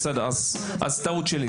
טעות שלי.